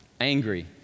Angry